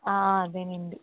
అదేనండి